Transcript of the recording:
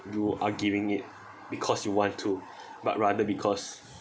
you are giving it because you want to but rather because